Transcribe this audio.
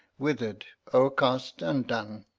withered, overcast, and done.